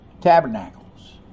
Tabernacles